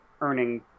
earning